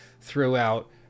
throughout